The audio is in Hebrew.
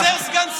חסר סגן שר.